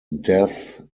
death